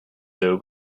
the